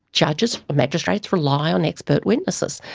judges or magistrates rely on expert witnesses,